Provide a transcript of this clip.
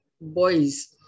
boys